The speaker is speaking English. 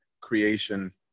creation